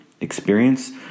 experience